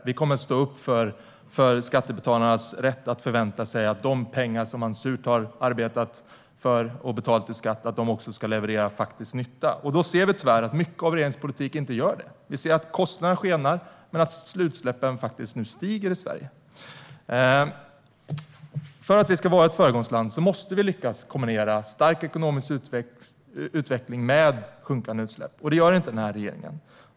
Vi kommer att stå upp för skattebetalarnas rätt att förvänta sig att de pengar de surt har arbetat för och betalat i skatt också ska leverera faktisk nytta. Vi ser tyvärr att mycket av regeringens politik inte gör det. Vi ser att kostnaderna skenar men att utsläppen faktiskt stiger i Sverige. För att vi ska vara ett föregångsland måste vi lyckas kombinera en stark ekonomisk utveckling med minskande utsläpp, och det gör inte den här regeringen.